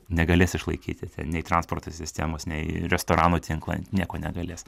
negalės išlaikyti nei transporto sistemos nei restoranų tinklo nieko negalės